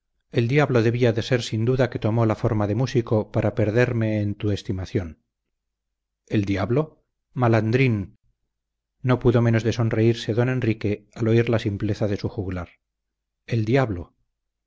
el diablo debía de ser sin duda que tomó la forma de músico para perderme en tu estimación el diablo malandrín no pudo menos de sonreírse don enrique al oír la simpleza de su juglar el diablo